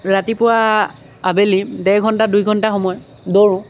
ৰাতিপুৱা আবেলি ডেৰঘণ্টা দুই ঘণ্টা সময় দৌৰোঁ